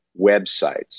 websites